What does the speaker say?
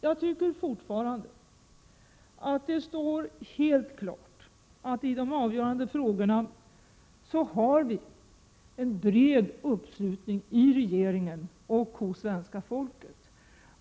Jag tycker fortfarande att det står helt klart att vi i de avgörande frågorna har en bred uppslutning hos svenska folket.